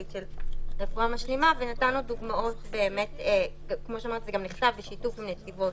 או שאנחנו אומרים שאנחנו לא מאמינים לציבור,